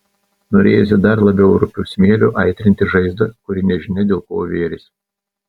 norėjosi dar labiau rupiu smėliu aitrinti žaizdą kuri nežinia dėl ko vėrėsi